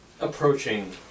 approaching